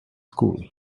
school